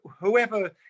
whoever